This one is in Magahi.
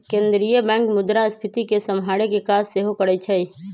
केंद्रीय बैंक मुद्रास्फीति के सम्हारे के काज सेहो करइ छइ